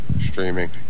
streaming